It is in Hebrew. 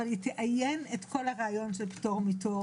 אבל היא תאיין את כל הרעיון של פטור מתור.